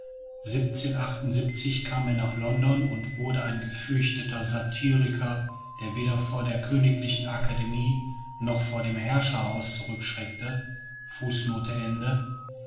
kam er nach london und wurde ein gefürchteter satiriker der weder vor der königlichen akademie noch vor dem herrscherhaus zurückschreckte